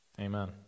Amen